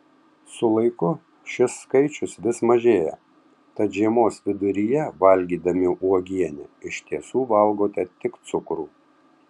su laiku šis skaičius vis mažėja tad žiemos viduryje valgydami uogienę iš tiesų valgote tik cukrų